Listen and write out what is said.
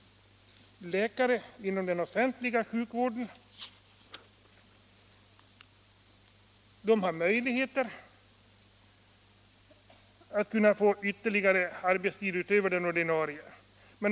Läkare inom den offentliga sektorn har möjligheter att få ytterligare arbetstid utöver den ordinarie.